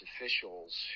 officials